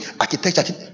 architecture